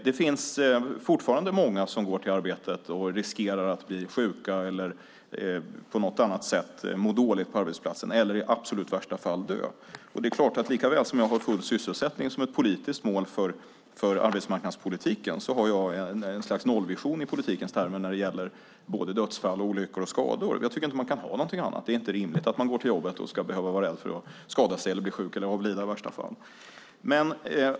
Det finns fortfarande många som går till arbetet och riskerar att bli sjuka, må dåligt på något annat sätt på arbetsplatsen eller i absolut värsta fall dö. Likaväl som jag har full sysselsättning som ett politiskt mål för arbetsmarknadspolitiken har jag ett slags nollvision i politikens termer när det gäller dödsfall, olyckor och skador. Jag tycker inte att man kan ha någonting annat. Det är inte rimligt att man går till jobbet och är rädd för att skada sig, bli sjuk eller avlida i värsta fall.